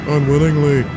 Unwillingly